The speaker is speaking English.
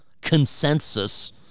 consensus